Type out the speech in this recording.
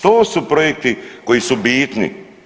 To su projekti koji su bitni.